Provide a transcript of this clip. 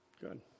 Good